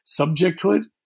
subjecthood